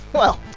well.